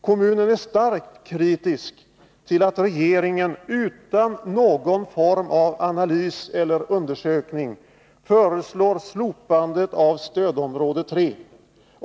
Kommunen är starkt kritisk till att regeringen utan någon form av analys eller undersökning föreslår slopandet av stödområde 3.